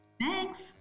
Thanks